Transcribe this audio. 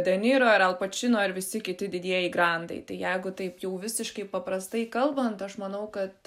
deniro ir al pačino ir visi kiti didieji grandai tai jeigu taip jau visiškai paprastai kalbant aš manau kad